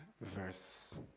verse